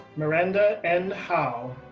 miranda n howe,